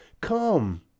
Come